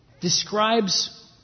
describes